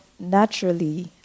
naturally